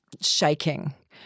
shaking